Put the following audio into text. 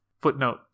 Footnote